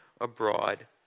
abroad